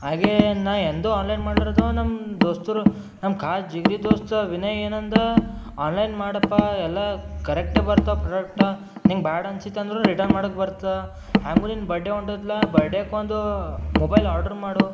ಹಾಗೇ ನಾನು ಎಂದೂ ಆನ್ಲೈನ್ ಮಾಡಲಾರ್ದವ ನಮ್ಮ ದೋಸ್ತರು ನಮ್ಮ ಕಾಲ್ ಜಿಗ್ಡಿ ದೋಸ್ತ ವಿನಯ್ ಏನಂದ ಆನ್ಲೈನ್ ಮಾಡಪ್ಪ ಎಲ್ಲ ಕರೆಕ್ಟೇ ಬರ್ತವೆ ಪ್ರೊಡಕ್ಟ ನಿಂಗೆ ಬೇಡ ಅನ್ಸಿತ್ತಂದ್ರೆ ರಿಟನ್ ಮಾಡಕ್ಕೆ ಬರ್ತೆ ಹಂಗೂ ನಿನ್ನ ಬಡ್ಡೆ ಒಂಟೋಯ್ತ್ಲಾ ಬರ್ಡೆಗ್ ಒಂದು ಮೊಬೈಲ್ ಆಡ್ರು ಮಾಡು